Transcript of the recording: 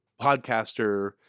podcaster